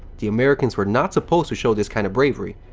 the americans were not supposed to show this kind of bravery.